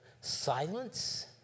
Silence